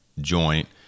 joint